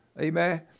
Amen